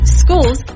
schools